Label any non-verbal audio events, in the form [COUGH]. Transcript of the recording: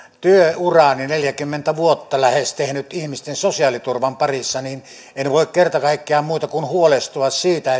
työurani lähes neljäkymmentä vuotta tehnyt ihmisten sosiaaliturvan parissa en voi kerta kaikkiaan muuta kuin huolestua siitä [UNINTELLIGIBLE]